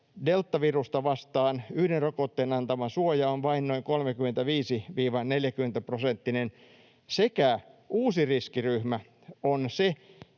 deltavirusta vastaan yhden rokotteen antama suoja on vain noin 35—40-prosenttinen, sekä uusi riskiryhmä ovat ne,